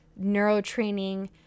neurotraining